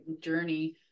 journey